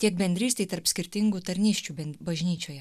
tiek bendrystei tarp skirtingų tarnysčių bažnyčioje